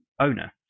owner